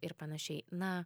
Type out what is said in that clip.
ir panašiai na